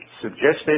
suggested